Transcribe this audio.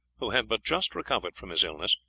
who had but just recovered from his illness,